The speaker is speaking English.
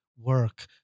work